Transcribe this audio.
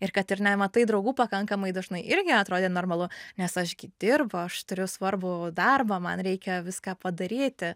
ir kad ir nematai draugų pakankamai dažnai irgi atrodė normalu nes aš gi dirbu aš turiu svarbų darbą man reikia viską padaryti